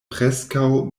preskaŭ